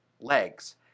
legs